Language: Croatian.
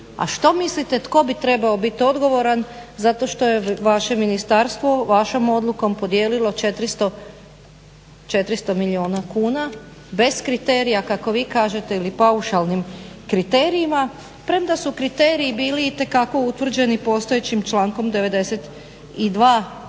A što mislite tko bi trebao biti odgovoran zato što je vaše ministarstvo, vašom odlukom podijelilo 400 milijuna kuna bez kriterija kako vi kažete ili paušalnim kriterijima. Premda su kriteriji bili itekako utvrđeni postojećim člankom 92.